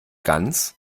ganz